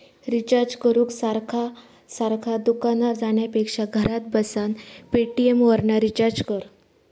recharge करूक सारखा सारखा दुकानार जाण्यापेक्षा घरात बसान पेटीएमवरना रिचार्ज कर